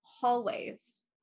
hallways